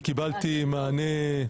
לא, אני את שאלותיי שאלתי וקיבלתי מענה,